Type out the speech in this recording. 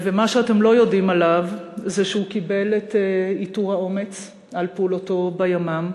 ומה שאתם לא יודעים עליו זה שהוא קיבל את עיטור האומץ על פעולתו בימ"מ,